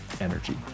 Energy